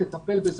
תטפל בזה,